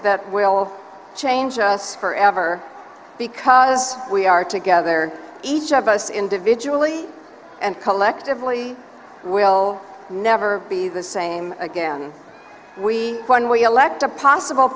that will change us forever because we are together each of us individually and collectively will never be the same again we when we elect a possible